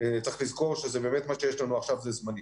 צריך לזכור שבאמת מה שיש לנו עכשיו זה זמני.